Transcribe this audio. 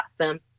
awesome